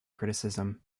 criticism